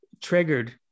triggered